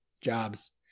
jobs